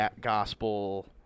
gospel